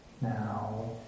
Now